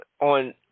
on